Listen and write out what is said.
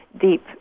deep